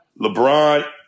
LeBron